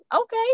Okay